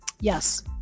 Yes